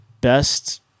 best